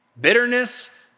Bitterness